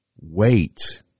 wait